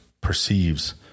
perceives